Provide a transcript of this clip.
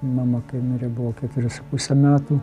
mama kai mirė buvo ketveri su puse metų